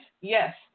Yes